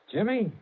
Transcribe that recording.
Jimmy